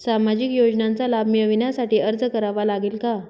सामाजिक योजनांचा लाभ मिळविण्यासाठी अर्ज करावा लागेल का?